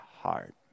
heart